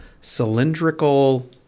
cylindrical